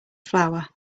flower